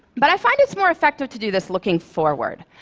but i find it's more effective to do this looking forward.